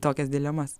tokias dilemas